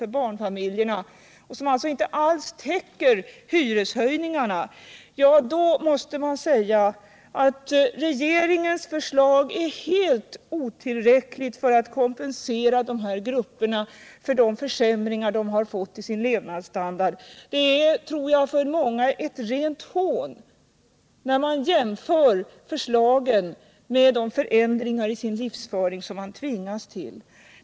för barnfamiljerna — vilket alltså inte ens täcker hyreshöjningarna — måste man säga att regeringens förslag är helt otillräckligt för att kompensera de här grupperna för försämringarna i deras levnadsstandard. Det känns, tror jag, för många som ett rent hån, när de jämför förslaget med de förändringar i sin livsföring som de nu tvingas till.